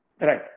Right